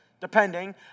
depending